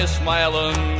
smiling